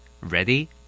ready